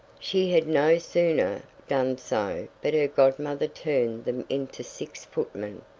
she had no sooner done so but her godmother turned them into six footmen,